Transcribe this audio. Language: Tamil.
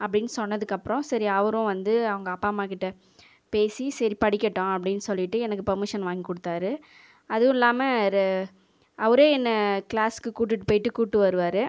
அப்படின்னு சொன்னதுக்கப்புறம் சரி அவரும் வந்து அவங்க அப்பா அம்மாகிட்டே பேசி சரி படிக்கட்டும் அப்படின்னு சொல்லிவிட்டு எனக்கு பர்மிஷன் வாங்கி கொடுத்தாரு அதுவும் இல்லாமல் அவரே என்னை கிளாஸுக்கு கூட்டிட்போய்ட்டு கூப்ட்டு வருவார்